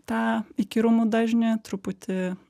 tą įkyrumų dažnį truputį